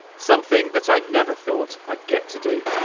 something that i never thought i'd get to do!